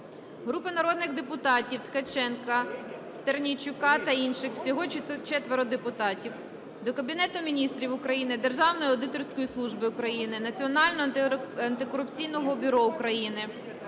Групи народних депутатів (Ткаченка, Стернійчука та інших. Всього 4 депутатів) до Кабінету Міністрів України, Державної аудиторської служби України, Національного антикорупційного бюро України,